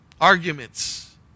Arguments